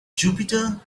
jupiter